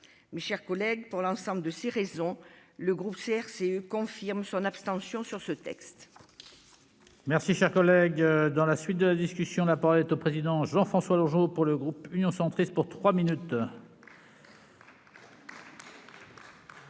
Mes chers collègues, pour l'ensemble de ces raisons, le groupe CRCE confirme son abstention sur ce texte.